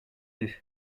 deux